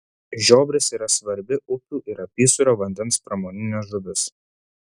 žiobris yra svarbi upių ir apysūrio vandens pramoninė žuvis